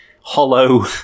hollow